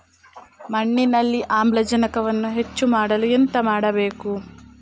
ಮಣ್ಣಿನಲ್ಲಿ ಆಮ್ಲಜನಕವನ್ನು ಹೆಚ್ಚು ಮಾಡಲು ಎಂತ ಮಾಡಬೇಕು?